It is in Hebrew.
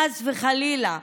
חס וחלילה,